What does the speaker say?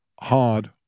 hard